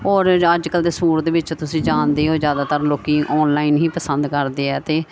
ਔਰ ਜ ਅੱਜ ਕੱਲ੍ਹ ਦੇ ਸੂਟ ਦੇ ਵਿੱਚ ਤੁਸੀਂ ਜਾਣਦੇ ਹੀ ਹੋ ਜ਼ਿਆਦਾਤਰ ਲੋਕ ਆਨਲਾਈਨ ਹੀ ਪਸੰਦ ਕਰਦੇ ਆ ਅਤੇ